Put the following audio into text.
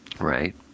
Right